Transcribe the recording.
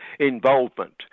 involvement